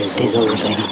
dissolvingon